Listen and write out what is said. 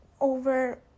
over